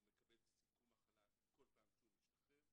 הוא מקבל סיכום מחלה כל פעם כשהוא משתחרר.